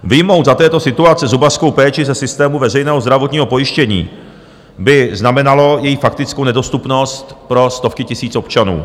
Vyjmout za této situace zubařskou péči ze systému veřejného zdravotního pojištění by znamenalo její faktickou nedostupnost pro stovky tisíc občanů.